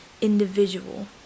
individual